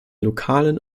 lokalen